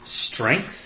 strength